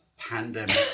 pandemic